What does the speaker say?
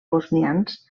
bosnians